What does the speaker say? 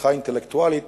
עוצמתך האינטלקטואלית,